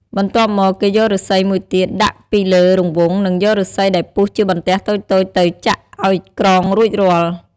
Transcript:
បន្ទាប់មក គេយកឫស្សីមួយទៀតដាក់ពីលើរង្វង់និងយកឫស្សីដែលពុះជាបន្ទះតូចៗទៅចាក់អោយក្រងរួចរាល់។